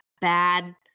bad